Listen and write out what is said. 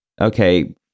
okay